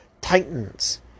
Titans